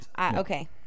Okay